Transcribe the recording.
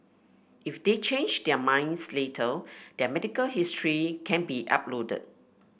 if they change their minds later their medical history can be uploaded